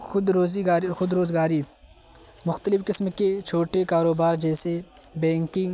خودروزی گاری خودروزگاری مختلف قسم کے چھوٹے کاروبار جیسے بینکنگ